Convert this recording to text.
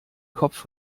kopf